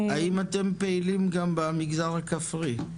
האם אתם פעילים גם במגזר הכפרי?